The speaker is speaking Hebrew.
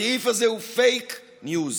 הסעיף הזה הוא פייק ניוז,